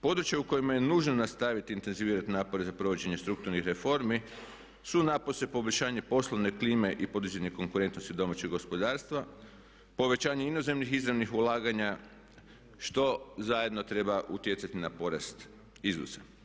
Područja u kojima je nužno nastaviti intenzivirati napore za provođenje strukturnih reformi su napose poboljšanje poslovne klime i podizanje konkurentnosti domaćeg gospodarstva, povećanje inozemnih izravnih ulaganja što zajedno treba utjecati na porast izvoza.